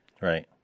Right